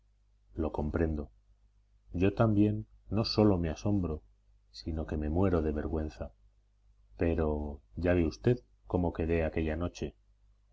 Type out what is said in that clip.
lo comprendo yo también no sólo me asombro sino que me muero de vergüenza pero ya ve usted cómo quedé aquella noche